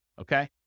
Okay